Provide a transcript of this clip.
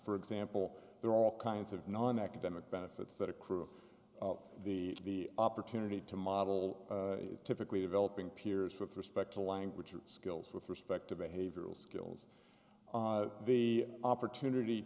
for example there are all kinds of non academic benefits that accrue the opportunity to model typically developing peers with respect to language skills with respect to behavioral skills the opportunity